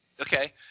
Okay